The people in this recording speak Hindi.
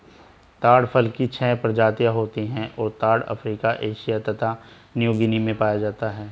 ताड़ फल की छह प्रजातियाँ होती हैं और ताड़ अफ्रीका एशिया तथा न्यूगीनी में पाया जाता है